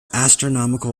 astronomical